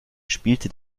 spielte